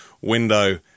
window